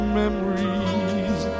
memories